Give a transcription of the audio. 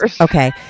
Okay